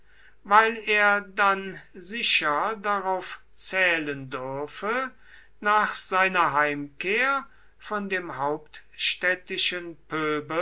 weil er dann sicher darauf zählen dürfe nach seiner heimkehr von dem hauptstädtischen pöbel